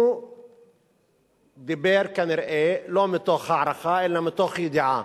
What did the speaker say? הוא דיבר כנראה לא מתוך הערכה, אלא מתוך ידיעה.